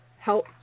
help